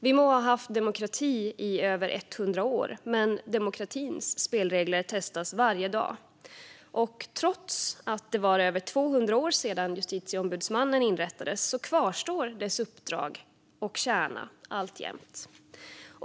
Vi må ha haft demokrati i över 100 år, men demokratins spelregler testas varje dag. Trots att det gått över 200 år sedan Justitieombudsmannen inrättades kvarstår dess uppdrag och kärna alltjämt.